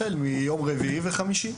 החל מיום רביעי וחמישי.